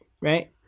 right